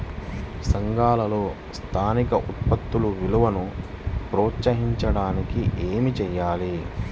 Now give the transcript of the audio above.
సంఘాలలో స్థానిక ఉత్పత్తుల విలువను ప్రోత్సహించడానికి ఏమి చేయాలి?